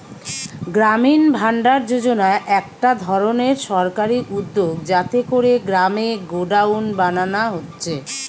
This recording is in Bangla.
গ্রামীণ ভাণ্ডার যোজনা একটা ধরণের সরকারি উদ্যগ যাতে কোরে গ্রামে গোডাউন বানানা হচ্ছে